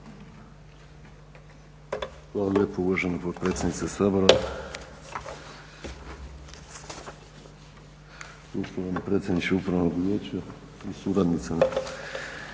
Hvala lijepo uvažena potpredsjednice Sabora. Poštovani predsjedniče Upravnog vijeća i suradnica